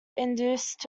induced